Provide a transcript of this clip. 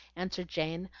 answered jane,